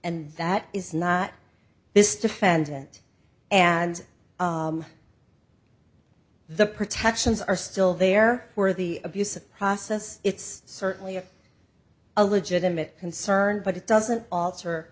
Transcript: and that is not this defendant and the protections are still there for the abuse of process it's certainly of a legitimate concern but it doesn't alter